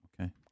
Okay